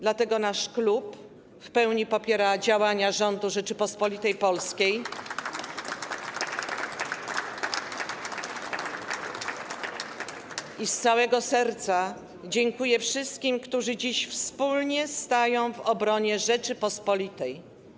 Dlatego nasz klub w pełni popiera działania rządu Rzeczypospolitej Polskiej i z całego serca dziękuje wszystkim, którzy dziś wspólnie stają w obronie Rzeczypospolitej.